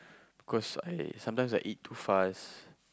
cause I sometimes I eat too fast